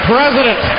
President